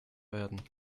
werden